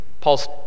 Paul's